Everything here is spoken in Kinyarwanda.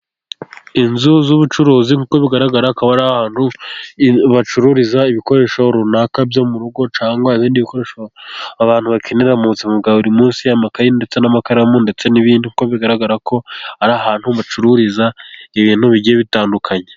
Inzu z'ubucuruzi nk'uko bigaragara akaba ari ahantu bacururiza ibikoresho runaka byo mu rugo, cyangwa ibindi abantu bakenera mu buzima bwa buri munsi amakaye ndetse n'amakaramu, ndetse n'ibindi uko bigaragarako ari ahantu bacururiza ibintu bigiye bitandukanye.